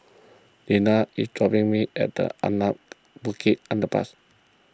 Dina is dropping me at the Anak Bukit Underpass